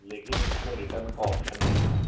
लेकिन उसमें रिटर्न का कोई ऑप्शन नहीं था